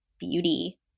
beauty